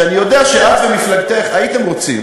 ואני יודע שאת ומפלגתך הייתם רוצים